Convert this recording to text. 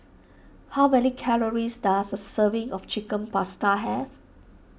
how many calories does a serving of Chicken Pasta have